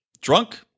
drunk